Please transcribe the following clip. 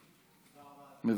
תודה רבה, אדוני.